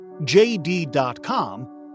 JD.com